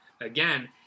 again